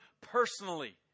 personally